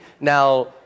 Now